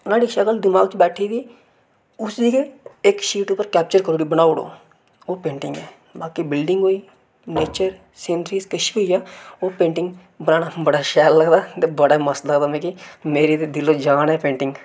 न्हाड़ी शक्ल दिमाग च बैठी दी उस्सी गै इक शीट उप्पर कैप्चर करी ओड़ो बनाई ओड़ो ओह् पेंटिंग ऐ बाकी बिल्डिंग होई नेच्चर सीनरी किश बी ओह् पेंटिंग बनाना बड़ा शैल लगदा ते बड़ा गै मस्त लगदा मिकी मेरी ते दिलो जान ऐ पेंटिंग